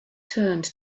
turned